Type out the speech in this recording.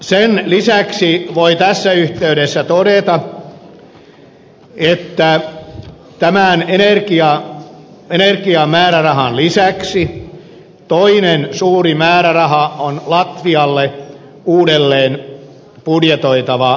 sen lisäksi voi tässä yhteydessä todeta että tämän energiamäärärahan lisäksi toinen suuri määräraha on latvialle uudelleen budjetoitava laina